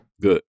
Good